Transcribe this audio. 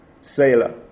sailor